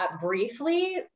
briefly